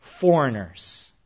foreigners